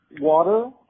Water